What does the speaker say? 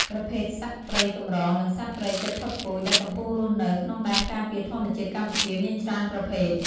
ប្រភេទសត្វព្រៃកម្រ និងសត្វព្រៃជិតផុតពូជ ដែលកំពុងរស់នៅក្នុងដែនការពារធម្មជាតិកម្ពុជាមានច្រើនប្រភេទ។